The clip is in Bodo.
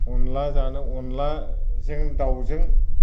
अनला जानो अनलाजों दाउजों